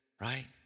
Right